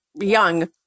young